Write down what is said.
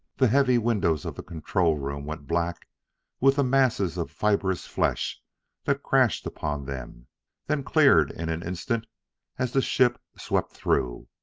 the heavy windows of the control room went black with the masses of fibrous flesh that crashed upon them then cleared in an instant as the ship swept through.